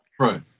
Right